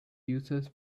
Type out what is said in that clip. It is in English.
users